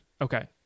Okay